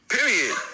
Period